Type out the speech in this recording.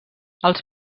els